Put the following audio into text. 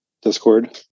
Discord